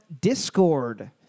Discord